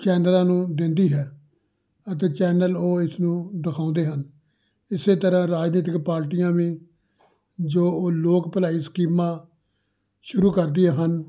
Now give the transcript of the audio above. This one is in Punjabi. ਚੈਨਲਾਂ ਨੂੰ ਦਿੰਦੀ ਹੈ ਅਤੇ ਚੈਨਲ ਉਹ ਇਸ ਨੂੰ ਦਿਖਾਉਂਦੇ ਹਨ ਇਸ ਤਰ੍ਹਾਂ ਰਾਜਨੀਤਿਕ ਪਾਰਟੀਆਂ ਵੀ ਜੋ ਉਹ ਲੋਕ ਭਲਾਈ ਸਕੀਮਾਂ ਸ਼ੁਰੂ ਕਰਦੀਆਂ ਹਨ